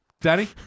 Danny